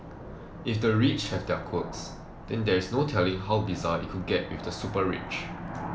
if the rich have their quirks then there's no telling how bizarre it could get with the super rich